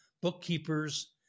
bookkeepers